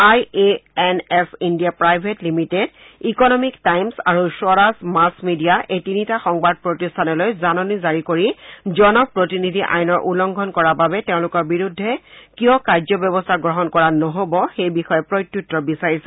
I A N S India private limited economic times আৰু স্বৰাজ মাছ media এই তিনিটা সংবাদ প্ৰতিষ্ঠানলৈ জাননী জাৰি কৰি জনপ্ৰতিনিধি আইনৰ উলংঘন কৰাৰ বাবে তেওঁলোকৰ বিৰুদ্ধে কিয় কাৰ্যব্যৱস্থা গ্ৰহণ কৰা নহব সেই বিষয়ে প্ৰত্যুত্তৰ বিচাৰিছে